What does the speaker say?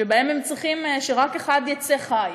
שבה צריך שרק אחד יצא חי,